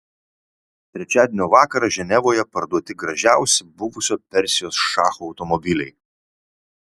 trečiadienio vakarą ženevoje parduoti gražiausi buvusio persijos šacho automobiliai